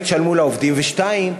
1. באמת תשלמו לעובדים, ו-2.